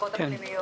והמחלקות הפנימיות?